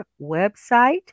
website